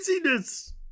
craziness